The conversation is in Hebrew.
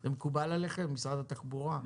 זה מקובל עליכם, משרד התחבורה?